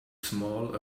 small